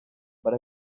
but